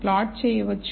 plot చేయవచ్చు